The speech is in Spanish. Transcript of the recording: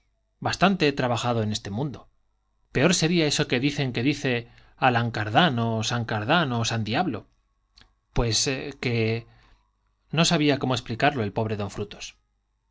bastante he trabajado en este mundo peor sería eso que dicen que dice alancardan o san cardan o san diablo pues que no sabía cómo explicarlo el pobre don frutos